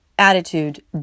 attitude